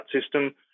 system